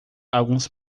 alguns